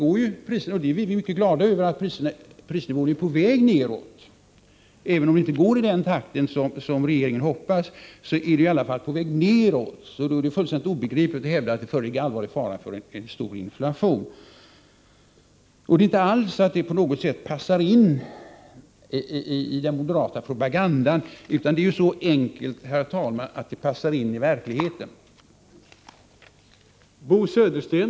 Vi är mycket glada över att priserna nu är på väg nedåt. Även om det inte går i den takt som regeringen hoppas, är de i varje fall på väg nedåt. Då är det fullständigt obegripligt att hävda att det föreligger allvarlig fara för en stor inflation. Det förhåller sig inte alls på det sättet att det passar in i den moderata propagandan, utan det är så enkelt, herr talman, att det passar in i verkligheten.